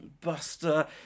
Buster